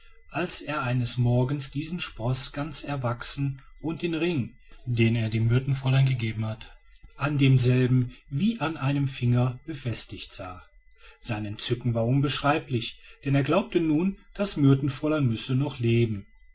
als er eines morgens diesen sproß ganz erwachsen und den ring den er dem myrtenfräulein gegeben an demselben wie an einem finger befestigt sah sein entzücken war unbeschreiblich denn er glaubte nun das myrtenfräulein müsse noch leben